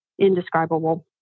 indescribable